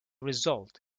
result